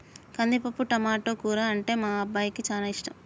కందిపప్పు టమాటో కూర అంటే మా అబ్బాయికి చానా ఇష్టం